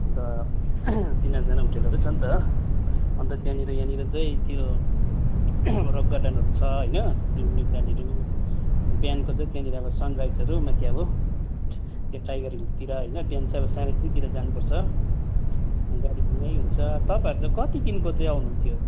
अन्त चिनाजान होटेलहरूइ छ नि त अन्त त्यहाँनिर यहाँनिर चाहिँ त्यो रक गार्डनहरू छ होइन धुम्नु जानेहरू बिहानको चाहिँ त्यहाँनिर अब सनराइजहरू माथि अब यहाँ टाइगर हिलतिर होइन बिहान चाहिँ अब साढे तिन तिर जानुपर्छ गाडी त यहीँ हुन्छ तपाईँहरू चाहिँ कति दिनको चाहिँ आउनु हुन्थ्यो